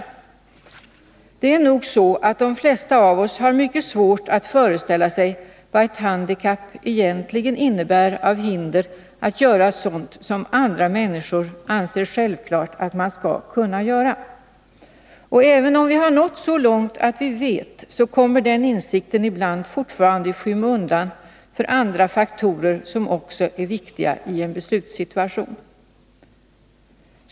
Det är nog så att de flesta av oss har mycket svårt att föreställa oss vad ett handikapp egentligen innebär av hinder att göra sådant som andra människor anser självklart att man skall kunna göra. Och även om vi har nått så långt att vi vet, så kommer den insikten ibland fortfarande i skymundan för andra faktorer som också är viktiga i en beslutssituation.